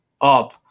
up